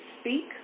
speak